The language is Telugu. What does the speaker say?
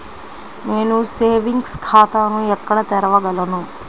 నేను సేవింగ్స్ ఖాతాను ఎక్కడ తెరవగలను?